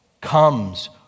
comes